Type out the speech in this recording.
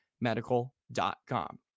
medical.com